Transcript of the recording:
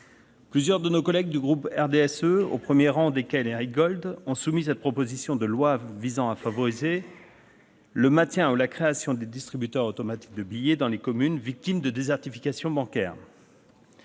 Plusieurs de nos collègues du groupe du RDSE, au premier rang desquels Éric Gold, nous soumettent cette proposition de loi visant à favoriser le maintien ou la création de distributeurs automatiques de billets dans les communes victimes de désertification bancaire.